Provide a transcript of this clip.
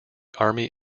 army